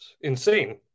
insane